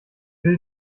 will